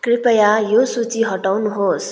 कृपया यो सूची हटाउनुहोस्